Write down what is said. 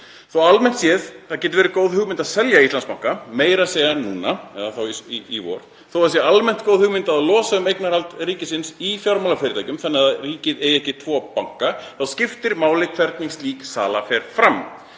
að almennt séð geti það verið góð hugmynd að selja Íslandsbanka, meira að segja núna — sem sagt í vor — þótt það sé almennt góð hugmynd að losa um eignarhald ríkisins í fjármálafyrirtækjum þannig að ríkið eigi ekki tvo banka, þá skiptir máli hvernig slík sala fer fram.